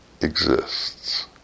exists